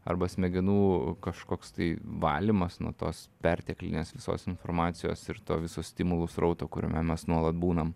arba smegenų kažkoks tai valymas nuo tos perteklinės visos informacijos ir to viso stimulų srauto kuriame mes nuolat būnam